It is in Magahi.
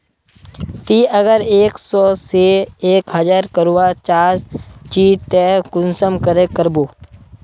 ती अगर एक सो से एक हजार करवा चाँ चची ते कुंसम करे करबो?